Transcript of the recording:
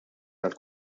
għall